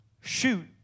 Shoot